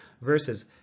versus